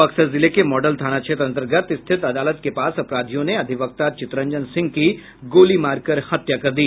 बक्सर जिले के मॉडल थाना क्षेत्र अन्तर्गत स्थित अदालत के पास अपराधियों ने अधिवक्ता चितरंजन सिंह की गोली मार कर हत्या कर दी